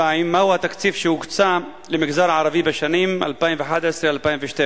2. מהו התקציב שהוקצה למגזר הערבי בשנים 2011 2012?